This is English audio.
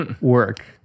work